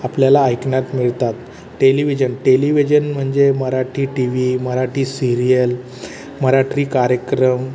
आपल्याला ऐकण्यात मिळतात टेलिव्हिजन टेलिव्हिजन म्हणजे Marathi T V Marathi serial Marathi कार्यक्रम